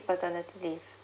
paternity leave